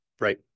Right